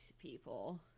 people